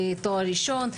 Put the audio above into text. תואר ראשון,